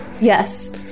yes